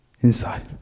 inside